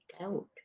out